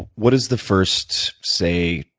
what does the first, say,